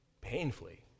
painfully